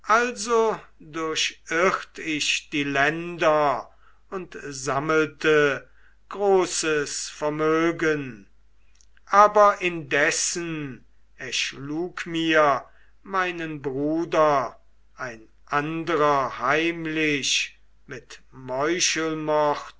durchirrt ich die länder und sammelte großes vermögen aber indessen erschlug mir meinen bruder ein andrer heimlich mit